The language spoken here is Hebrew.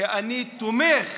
כי אני תומך